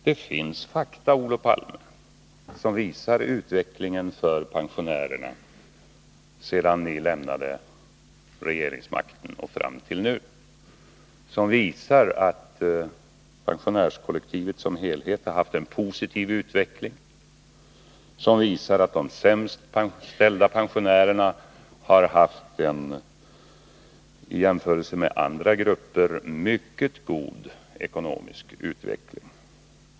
Det finns fakta, Olof Palme, om utvecklingen för pensionärerna under tiden sedan ni lämnade regeringsmakten och fram till nu. Det är fakta som visar att pensionärskollektivet som helhet har haft en positiv utveckling, som visar att de sämst ställda pensionärerna har haft en i jämförelse med andra grupper mycket god ekonomisk utveckling.